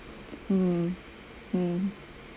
mm mm